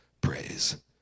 praise